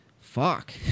fuck